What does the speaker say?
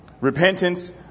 Repentance